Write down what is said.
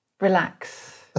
relax